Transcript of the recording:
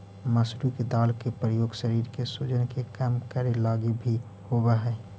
मसूरी के दाल के प्रयोग शरीर के सूजन के कम करे लागी भी होब हई